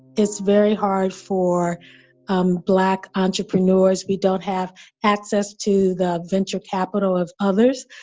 it's very hard for um black entrepreneurs, we don't have access to the venture capital of others,